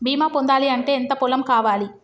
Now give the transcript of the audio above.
బీమా పొందాలి అంటే ఎంత పొలం కావాలి?